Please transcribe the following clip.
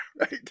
right